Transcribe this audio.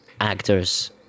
actors